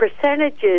percentages